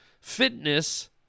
fitness